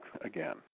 again